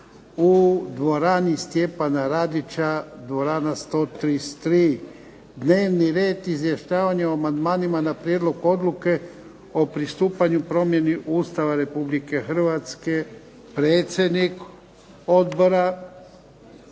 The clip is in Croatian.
u dvorani Stjepana Radića (133). Dnevni red izvještavanje o amandmanima na prijedlog odluke o pristupanju promjeni Ustava Republike Hrvatske. Predsjednik odbora